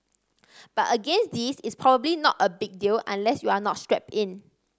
but again this is probably not a big deal unless you are not strapped in